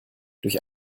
durch